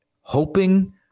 hoping